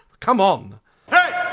come on hey!